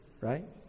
right